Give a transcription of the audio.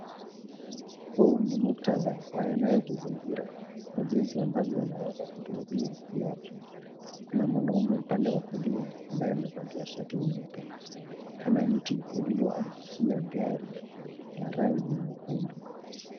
Huu ni muktadha wa eneo ikizingira na jinsi ambavyo wanaeza kutuathiri kiafya. Kuna mwanaume upande wa kulia, ambaye amevalia shati nyeupe. Kuna mti ulioangukia gari ya rangi nyekundu.